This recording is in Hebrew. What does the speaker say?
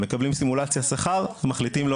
הם מקבלים סימולציה של שכר ומחליטים לא